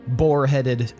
boar-headed